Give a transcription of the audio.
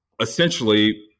essentially